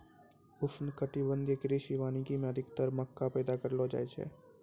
उष्णकटिबंधीय कृषि वानिकी मे अधिक्तर मक्का पैदा करलो जाय छै